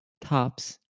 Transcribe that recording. tops